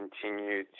continue